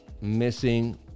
missing